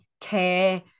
care